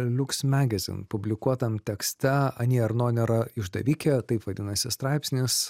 liuks magazin publikuotam tekste ani erno nėra išdavikė taip vadinasi straipsnis